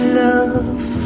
love